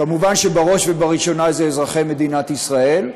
כמובן, בראש ובראשונה זה אזרחי מדינת ישראל,